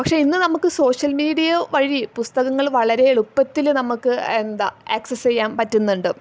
പക്ഷെ ഇന്ന് നമുക്ക് സോഷ്യൽ മീഡിയൊ വഴി പുസ്തകങ്ങൾ വളരെ എളുപ്പത്തിൽ നമ്മൾക്ക് എന്താ ആക്സസ് ചെയ്യാൻ പറ്റുന്നുണ്ട്